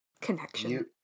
connection